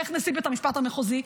ואיך נשיא בית המשפט המחוזי?